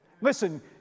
Listen